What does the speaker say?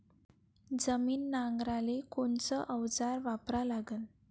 जमीन नांगराले कोनचं अवजार वापरा लागन?